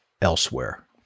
elsewhere